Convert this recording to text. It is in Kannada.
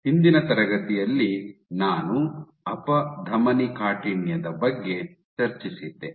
ಹಿಂದಿನ ತರಗತಿಯಲ್ಲಿ ನಾನು ಅಪಧಮನಿ ಕಾಠಿಣ್ಯದ ಬಗ್ಗೆ ಚರ್ಚಿಸಿದ್ದೆ